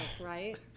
right